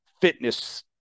Fitness